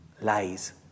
lies